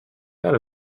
that